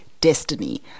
destiny